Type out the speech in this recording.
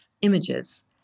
images